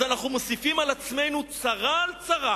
אז אנחנו מוסיפים על עצמנו צרה על צרה